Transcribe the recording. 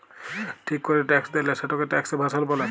ঠিক ক্যরে ট্যাক্স দেয়লা, সেটকে ট্যাক্স এভাসল ব্যলে